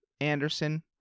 Anderson